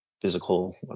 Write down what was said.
physical